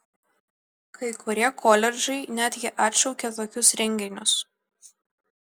kai kurie koledžai netgi atšaukė tokius renginius